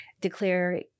declare